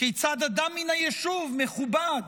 כיצד אדם מן היישוב, מכובד,